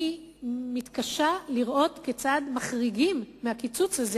אני מתקשה לראות כיצד מחריגים מהקיצוץ הזה,